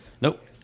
Nope